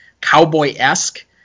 cowboy-esque